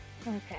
Okay